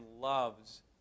loves